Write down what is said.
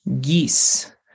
geese